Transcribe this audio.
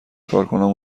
کارکنان